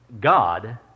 God